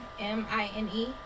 m-i-n-e